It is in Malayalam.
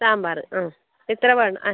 സാമ്പാർ ആ എത്ര വേണം ആ